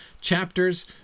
chapters